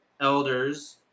elders